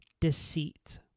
deceit